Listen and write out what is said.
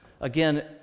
Again